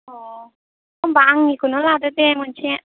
अ होनबा आंनिखौनो लादो दे मोनसे